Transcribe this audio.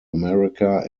america